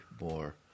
more